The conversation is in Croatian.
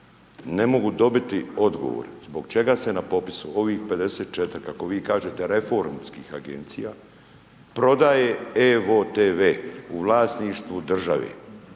ne mogu dobiti odgovor, zbog čega se na popisu ovih 54, kako vi kažete reformskih Agencija, prodaje evo-tv u vlasništvu države.